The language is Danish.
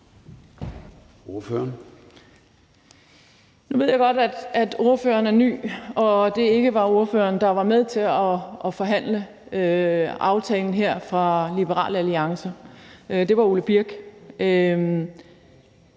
Nu ved jeg godt, at spørgeren er ny og det ikke var spørgeren, der var med til at forhandle aftalen her for Liberal Alliance – det var Ole Birk